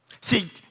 See